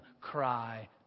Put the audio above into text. cry